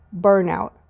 burnout